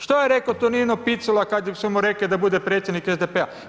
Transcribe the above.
Što je rekao Tonino Picula, kada su mu rekli da bude predsjednik SDP-a?